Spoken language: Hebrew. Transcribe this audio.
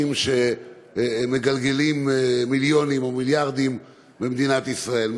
שמגלגלים מיליונים או מיליארדים במדינת ישראל,